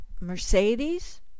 Mercedes